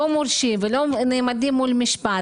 מורשעים ולא עומדים במשפט.